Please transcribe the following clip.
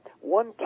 one